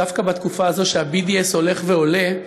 דווקא בתקופה הזאת, שה-BDS הולך ועולה,